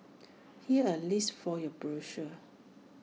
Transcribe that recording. here's A list for your perusal